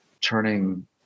turning